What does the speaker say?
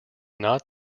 not